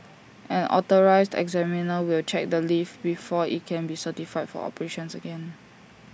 an authorised examiner will check the lift before IT can be certified for operations again